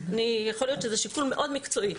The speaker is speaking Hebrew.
יכול להיות שזה שיקול מאוד מקצועי.